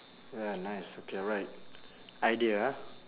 ya nice okay right idea ah